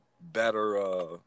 better